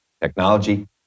technology